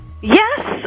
Yes